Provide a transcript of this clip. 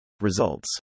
Results